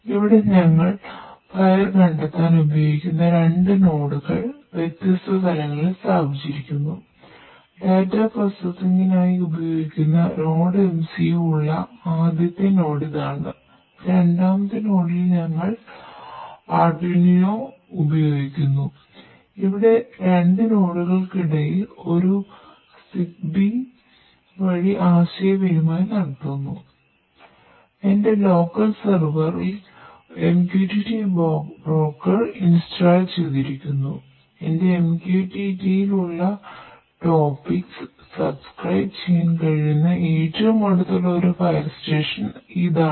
ഇവിടെ ഞങ്ങൾ ഫയർ ഇതാണ്